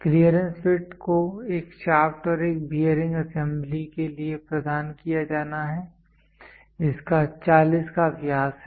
clearance fit को एक shaft और एक बेयरिंग असेंबली के लिए प्रदान किया जाना है जिसका 40 का व्यास है